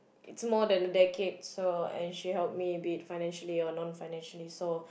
it's more than decades so and she helped me a bit financially or non financially so